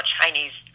Chinese